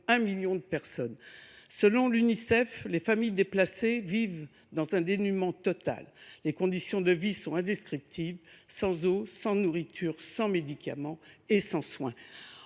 un million de personnes. Selon l’Unicef, les familles déplacées vivent dans un dénuement total. Les conditions de vie sont indescriptibles : absence d’eau, de nourriture, de médicaments et de soins.